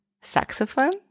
saxophone